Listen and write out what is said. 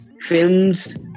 films